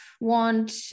want